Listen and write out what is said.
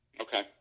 Okay